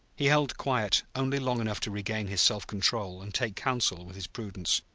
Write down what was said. he held quiet only long enough to regain his self-control and take counsel with his prudence.